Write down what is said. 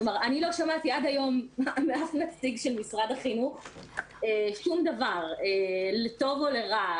אני לא שמעתי עד היום מאף נציג של משרד החינוך שום דבר לטוב או לרע.